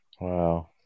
wow